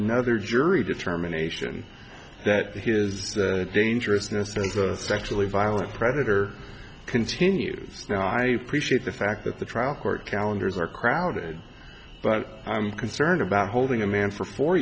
another jury determination that his dangerousness as a sexually violent predator continues and i appreciate the fact that the trial court calendars are crowded but i'm concerned about holding a man for four